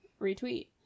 Retweet